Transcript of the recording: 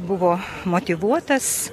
buvo motyvuotas